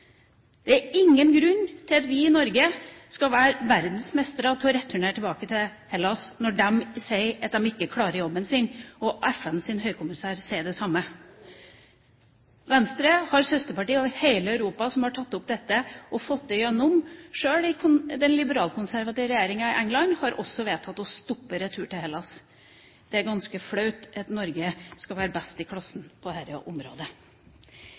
Det er ingen grunn til at vi i Norge skal være verdensmester når det gjelder å returnere tilbake til Hellas, når de sier at de ikke klarer jobben sin, og FNs høykommissær sier det samme. Venstre har søsterparti over hele Europa som har tatt opp dette, og fått det igjennom. Sjøl den liberalkonservative regjeringen i England har vedtatt å stoppe retur til Hellas. Det er ganske flaut at Norge skal være best i klassen på dette området!